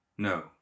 No